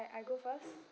I go first